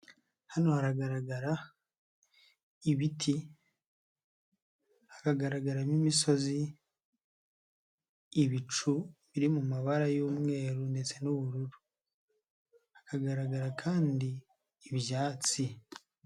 Hano haragaragara ibiti, hakagaragaramo imisozi, ibicu biri mu mabara y'umweru ndetse n'ubururu, hakagaragara kandi ibyatsi.